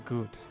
Good